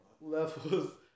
Levels